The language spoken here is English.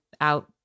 out